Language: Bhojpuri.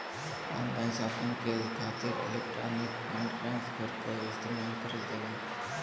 ऑनलाइन शॉपिंग के खातिर इलेक्ट्रॉनिक फण्ड ट्रांसफर क इस्तेमाल करल जाला